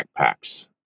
backpacks